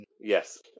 Yes